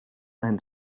and